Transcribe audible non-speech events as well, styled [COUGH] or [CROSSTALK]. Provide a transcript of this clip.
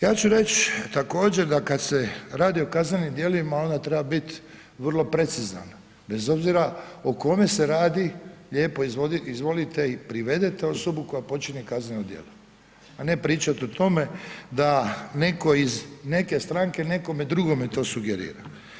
Ja ću reći također da kada se radi o kaznenim djelima onda treba biti vrlo precizan bez obzira o kome se radi lijepo ... [UNINTELLIGIBLE] i privedete osobu koja počini kazneno djelo a ne pričati o tome da netko iz neke stranke nekome drugome to sugerira.